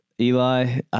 Eli